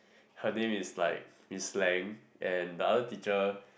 her name is like Miss Lam and the other teacher